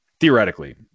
theoretically